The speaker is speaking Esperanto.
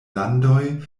landoj